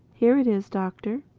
here it is, doctor,